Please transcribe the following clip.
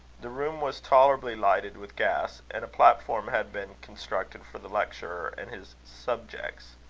the room was tolerably lighted with gas and a platform had been constructed for the lecturer and his subjects.